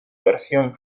versión